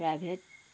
private